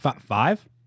Five